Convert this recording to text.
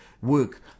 work